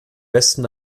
westen